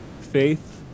faith